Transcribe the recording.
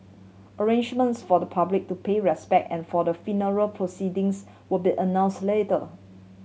arrangements for the public to pay respect and for the funeral proceedings will be announce later